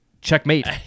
Checkmate